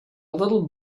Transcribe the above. little